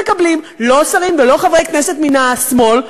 מקבלים לא שרים ולא חברי כנסת מן השמאל,